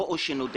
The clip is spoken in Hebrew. בואו נודה